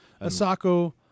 Asako